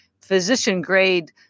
physician-grade